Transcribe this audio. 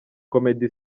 comedy